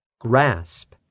grasp